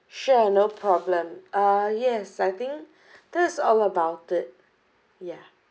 sure no problem uh yes I think that's all about it yeah